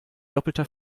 doppelter